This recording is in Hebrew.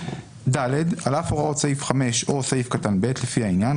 על אף הוראות סעיף 5 או סעיף קטן (ב) לפי העניין,